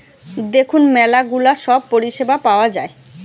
দেখুন ম্যালা গুলা সব পরিষেবা পাওয়া যায়